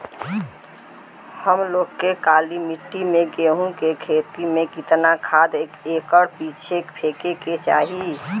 हम लोग के काली मिट्टी में गेहूँ के खेती में कितना खाद एकड़ पीछे फेके के चाही?